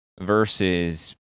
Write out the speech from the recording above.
versus